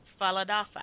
Faladafa